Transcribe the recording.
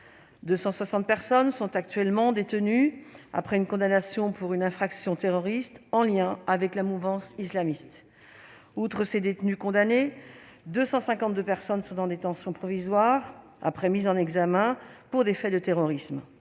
260 personnes sont actuellement détenues après une condamnation pour une infraction terroriste en lien avec la mouvance islamiste. Outre ces détenus condamnés, 252 personnes sont en détention provisoire après mise en examen pour des faits de terrorisme.